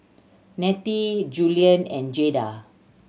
Nettie Julian and Jada